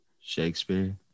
shakespeare